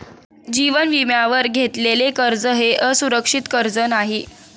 जीवन विम्यावर घेतलेले कर्ज हे असुरक्षित कर्ज नाही